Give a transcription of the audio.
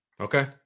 Okay